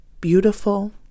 beautiful